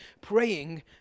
praying